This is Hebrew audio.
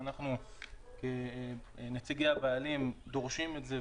ואנחנו כנציגי הבעלים דורשים את זה,